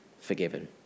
forgiven